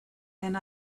and